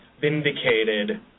vindicated